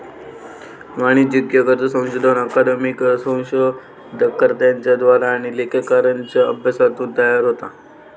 वाणिज्यिक कर्ज संशोधन अकादमिक शोधकर्त्यांच्या द्वारा आणि लेखाकारांच्या अभ्यासातून तयार होता